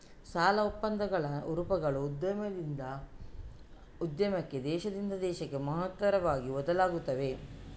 ಸಾಲ ಒಪ್ಪಂದಗಳ ರೂಪಗಳು ಉದ್ಯಮದಿಂದ ಉದ್ಯಮಕ್ಕೆ, ದೇಶದಿಂದ ದೇಶಕ್ಕೆ ಮಹತ್ತರವಾಗಿ ಬದಲಾಗುತ್ತವೆ